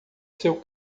seu